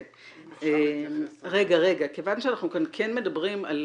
כיוון שאנחנו כן מדברים על